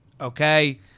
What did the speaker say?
Okay